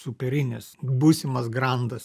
superinis būsimas grandas